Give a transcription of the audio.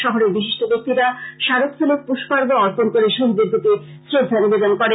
শহরের বিশিষ্ট ব্যাক্তিরা স্মারকস্থলে পুষ্পার্ঘ অর্পন করে শহীদদের প্রতি শ্রদ্ধার্ঘ নিবেদন করেন